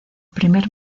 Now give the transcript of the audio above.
primer